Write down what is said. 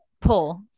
pull